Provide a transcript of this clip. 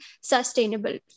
sustainable